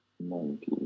Monkey